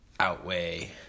outweigh